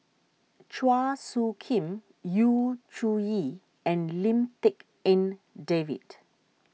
Chua Soo Khim Yu Zhuye and Lim Tik En David